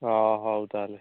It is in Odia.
ହଁ ହଉ ତା'ହେଲେ